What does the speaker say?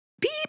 beep